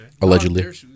Allegedly